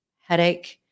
headache